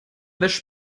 wäscht